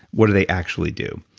what do they actually do?